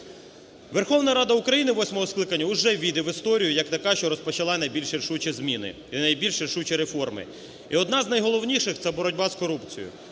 Верховна Рада України восьмого скликання уже ввійде в історію як така, що розпочала найбільш рішучі зміни і найбільш рішучі реформи. І одна з найголовніших – це боротьба з корупцією.